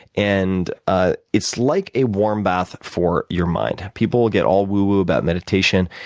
and ah it's like a warm bath for your mind. people get all woo-woo about meditation.